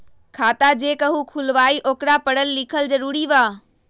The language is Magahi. खाता जे केहु खुलवाई ओकरा परल लिखल जरूरी वा?